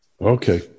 Okay